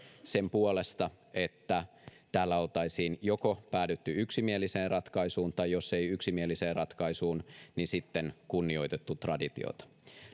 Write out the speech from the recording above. sen puolesta että täällä oltaisiin joko päädytty yksimieliseen ratkaisuun tai jos ei yksimieliseen ratkaisuun niin sitten oltaisiin kunnioitettu traditiota